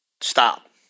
Stop